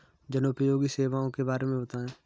जनोपयोगी सेवाओं के बारे में बताएँ?